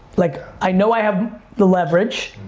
like i know i have the leverage,